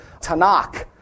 Tanakh